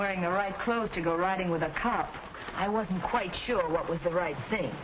wearing the right clothes to go riding with that cap i wasn't quite sure what was the right thing